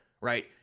right